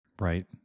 Right